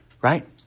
Right